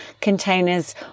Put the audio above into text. containers